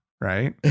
Right